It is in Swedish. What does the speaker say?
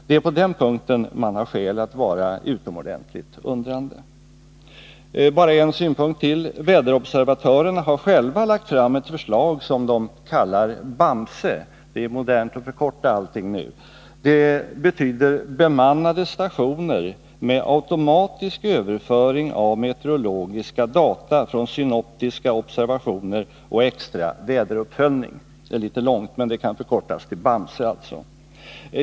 Det är på den punkten man har skäl att vara utomordentligt undrande. Bara en synpunkt till. Väderobservatörerna har själva lagt fram ett förslag som de kallar BAMSE - det är modernt att förkorta allting nu. Det betyder bemannade stationer med automatisk överföring av meteorologiska data från synoptiska observationer och extra väderuppföljning. Det är litet långt, men det kan alltså förkortas till BAMSE.